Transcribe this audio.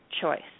choice